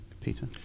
Peter